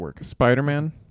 Spider-Man